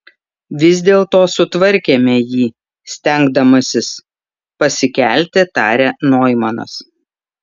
vis dėlto sutvarkėme jį stengdamasis pasikelti tarė noimanas